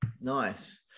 Nice